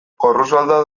porrusalda